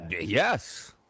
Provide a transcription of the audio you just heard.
Yes